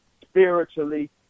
spiritually